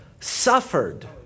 Suffered